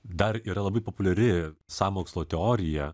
dar yra labai populiari sąmokslo teorija